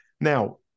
Now